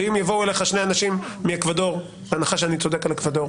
אם יבואו אליך שני אנשים מאקוודור בהנחה שאני צודק לגבי